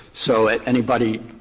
so anybody